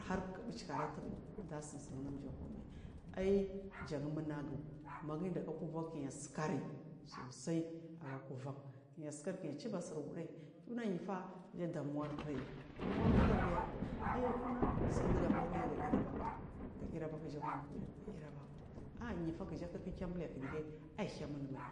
Hark buciku arakudu jasansiujakwa mai aiy jan munagu maginda gaku vankinayi sikarisosai aga kuvan kiya sikar kiya ciba sir wuɗayi kunayifa keja damuwa kirayu damuda kir guya aiya kina suku diga inukiya ga ira banku gairaba kuja wamu. Gairabaku aa nifakija kik kemul k dige a hyemulmai